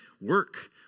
work